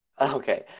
Okay